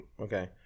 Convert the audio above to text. Okay